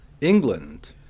England